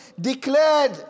declared